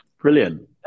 brilliant